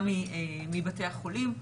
גם מבתי החולים.